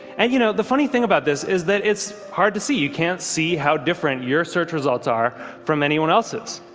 and you know, the funny thing about this is that it's hard to see. you can't see how different your search results are from anyone else's.